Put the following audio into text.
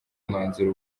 mwanzuro